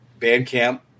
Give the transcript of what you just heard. Bandcamp